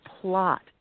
plot